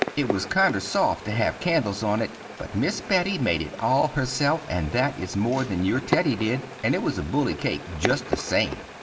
it was kinder soft to have candels on it, but miss betty made it all herself and that is more than your teddy did, and it was a bully cake just the same.